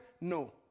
No